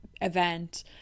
event